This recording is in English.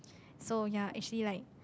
so ya actually like